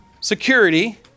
security